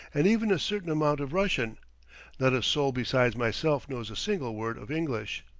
and even a certain amount of russian not a soul besides myself knows a single word of english.